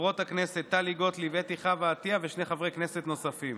חברות הכנסת טלי גוטליב ואתי חוה עטייה ושני חברי כנסת נוספים,